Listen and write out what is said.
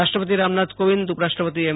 રાષ્ટ્રપતિ રામનાથ કોવિંદઉપરાષ્ટ્રપતિ એમ